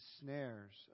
snares